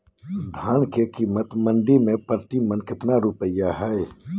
धान के कीमत मंडी में प्रति मन कितना रुपया हाय?